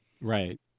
Right